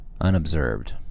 unobserved